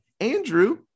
Andrew